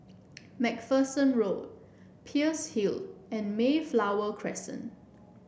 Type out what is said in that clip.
MacPherson Road Peirce Hill and Mayflower Crescent